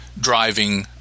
driving